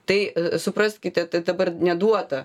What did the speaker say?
tai supraskite tai dabar neduota